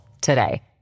today